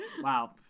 Wow